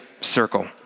circle